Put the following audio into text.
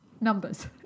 numbers